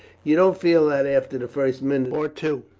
you don't feel that after the first minute or two,